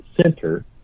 center